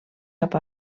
cap